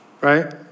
Right